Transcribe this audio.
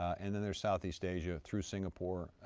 and then there's southeast asia, through singapore,